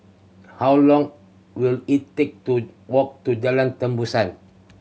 how long will it take to walk to Jalan Tembusu